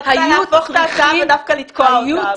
היא רצתה להפוך את ההצעה ודווקא לתקוע אותה.